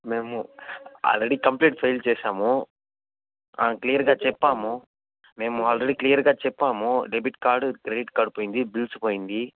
మేము already complaint file చేసాము క్లియర్గా చెప్పాము మేము ఆల్రెడీ క్లియర్గా చెప్పాము డెబిట్ కార్డు క్రెడిట్ కార్డు పోయింది బిల్స్ పోయింది